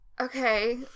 okay